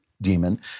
Demon